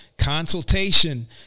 consultation